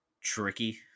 tricky